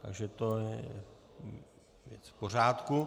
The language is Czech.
Takže to je v pořádku.